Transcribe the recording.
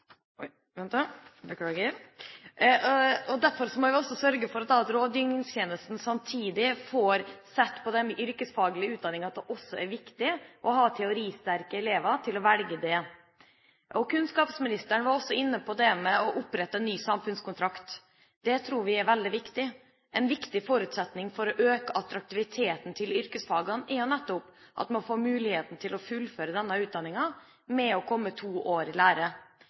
Derfor må vi sørge for at rådgivningstjenesten samtidig ser på de yrkesfaglige utdanningene, og at det også er viktig å få teoristerke elever til å velge disse. Kunnskapsministeren var også inne på å opprette en ny samfunnskontrakt. Det tror vi er veldig viktig. En viktig forutsetning for å øke attraktiviteten til yrkesfagene er nettopp at man får muligheten til å fullføre denne utdanningen, ved å komme to år i lære.